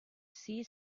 see